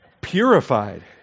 purified